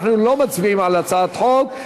אנחנו לא מצביעים על הצעת חוק,